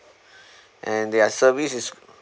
and their service is